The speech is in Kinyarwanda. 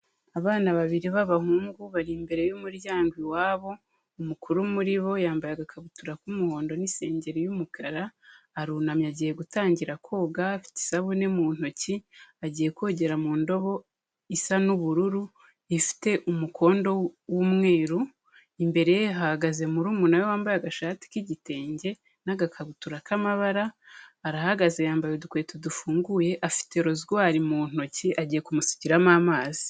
Abana babiri b'abahungu bari imbere y'umuryango iwabo, umukuru muri bo yambaye agakabutura k'umuhondo n'isengeri y'umukara, arunamye agiye gutangira koga afite isabune mu ntoki, agiye kogera mu ndobo isa n'ubururu ifite umukondo w'umweru, imbere ye hahagaze murumuna we wambaye agashati k'igitenge n'agakabutura k'amabara, arahagaze yambaye udukweto dufunguye afite rozwari mu ntoki agiye kumusukiramo amazi.